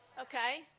Okay